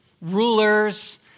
rulers